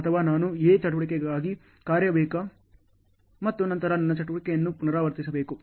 ಅಥವಾ ನಾನು A ಚಟುವಟಿಕೆಗಾಗಿ ಕಾಯಬೇಕು ಮತ್ತು ನಂತರ ನನ್ನ ಚಟುವಟಿಕೆಯನ್ನು ಪುನರಾವರ್ತಿಸಬೇಕು